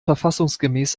verfassungsgemäß